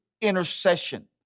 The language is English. intercession